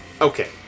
Okay